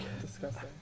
Disgusting